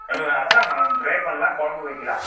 இல்லை அதாம்மா ஃப்ரை பண்ணலாம் குழம்பு வைக்கிலாம்